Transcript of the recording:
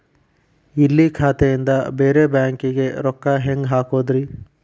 ಇಲ್ಲಿ ಖಾತಾದಿಂದ ಬೇರೆ ಬ್ಯಾಂಕಿಗೆ ರೊಕ್ಕ ಹೆಂಗ್ ಹಾಕೋದ್ರಿ?